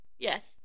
Yes